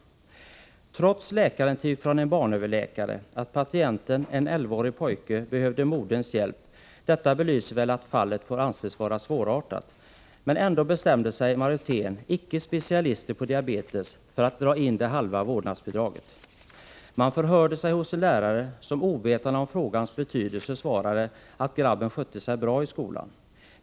Att det aktuella fallet får anses vara svårartat belyses väl av att det fanns ett läkarintyg från en barnöverläkare på att patienten — en elvaårig pojke — behövde moderns hjälp. Trots detta bestämde sig majoriteten, ickespecialister på diabetes, för att dra in halva vårdnadsbidraget. Man förhörde sig hos lärare, som ovetande om frågans betydelse svarade att grabben skötte sig bra i skolan.